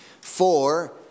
For